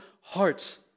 hearts